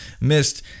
missed